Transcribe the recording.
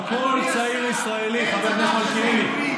אבל לכל צעיר ישראלי, חבר הכנסת מלכיאלי,